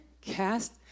Cast